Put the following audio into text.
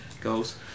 goals